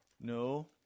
no